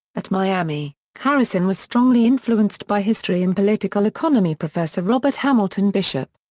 at miami, harrison was strongly influenced by history and political economy professor robert hamilton bishop.